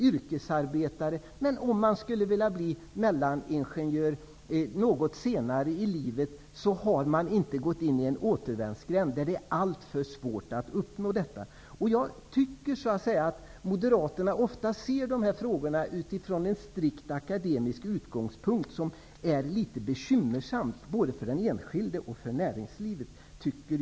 Om man sedan senare i livet skulle vilja utbilda sig till mellaningenjör, har man inte gått in i en återvändsgränd, där det är alltför svårt att förverkliga det målet. Jag tycker att Moderaterna ofta betraktar dessa frågor från en strikt akademisk utgångspunkt. Det är litet bekymmersamt, både för den enskilde och för näringslivet.